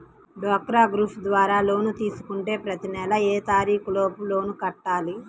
డ్వాక్రా గ్రూప్ ద్వారా లోన్ తీసుకుంటే ప్రతి నెల ఏ తారీకు లోపు లోన్ కట్టాలి?